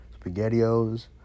spaghettios